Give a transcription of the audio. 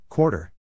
Quarter